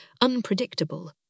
unpredictable